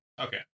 Okay